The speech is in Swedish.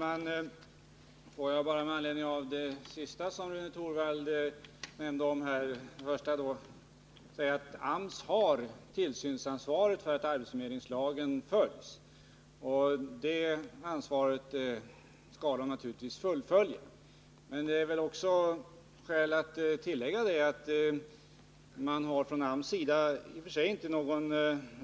Herr talman! AMS har tillsynsansvaret för att arbetsförmedlingslagen följs, och det ansvaret skall naturligtvis AMS uppfylla. Jag vill emellertid tillägga att AMS i och för sig inte har någon